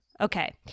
Okay